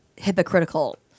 Hypocritical